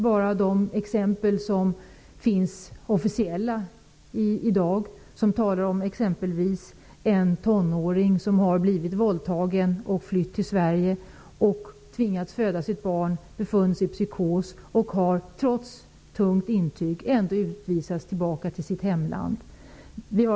Bland de exempel som är officiella kan jag nämna en tonåring som har blivit våldtagen och flytt till Sverige och tvingats föda sitt barn. Hon har befunnits lida av en psykos. Trots tungt vägande intyg har hon ändå utvisats tillbaka till sitt hemland.